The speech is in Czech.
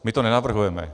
My to nenavrhujeme.